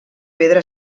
pedra